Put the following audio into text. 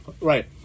Right